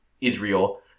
Israel